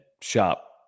shop